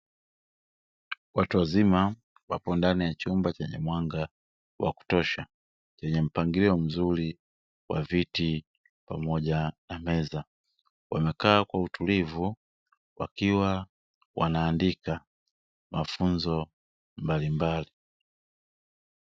Watu wazima wapo ndani ya chumba chenye mwanga wa kutosha, chenye mpangilio mzuri wa viti pamoja na meza. Wamekaa kwa utulivu wakiwa wanaandika mafunzo mbalimbali.